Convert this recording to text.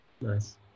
Nice